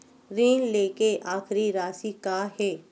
ऋण लेके आखिरी राशि का हे?